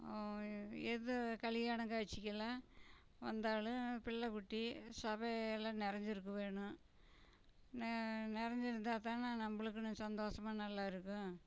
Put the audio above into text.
எது கல்யாணம் காட்சிக்கெல்லாம் வந்தாலும் பிள்ளைக்குட்டி சபையில் நிறைஞ்சிருக்க வேணும் நெ நிறைஞ்சிருந்தா தானே நம்மளுக்குன்னு சந்தோஷமாக நல்லாயிருக்கும்